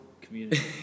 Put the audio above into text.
Community